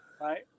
right